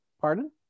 Pardon